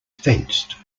fenced